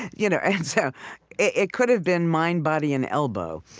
you know and so it could have been mind, body, and elbow,